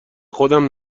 خودم